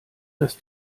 dass